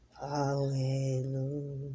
hallelujah